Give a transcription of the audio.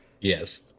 Yes